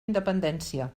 independència